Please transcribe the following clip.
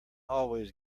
always